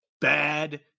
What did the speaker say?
bad